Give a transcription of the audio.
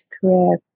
career